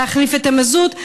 להחליף את המזוט,